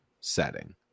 setting